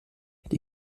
die